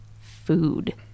food